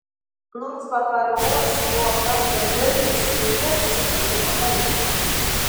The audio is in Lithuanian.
nors be paliovos buvo kramtę žirnius staiga visi pajuto alkį